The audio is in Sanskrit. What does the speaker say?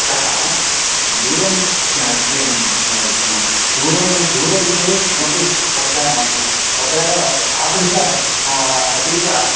अतः दूरं किं दूरं दूरविषये किमपि चर्चा नास्ति तत्रैव तादृश अतीव